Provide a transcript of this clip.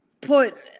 Put